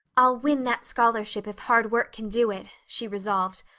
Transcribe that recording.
i'll win that scholarship if hard work can do it, she resolved.